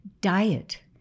Diet